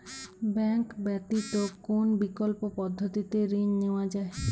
Bank ব্যতিত কোন বিকল্প পদ্ধতিতে ঋণ নেওয়া যায়?